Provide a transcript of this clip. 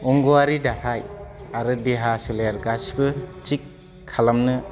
अंग'वारि दाथाय आरो देहा सोलेर गासिबो थिग खालामनानै